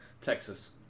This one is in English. Texas